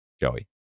Joey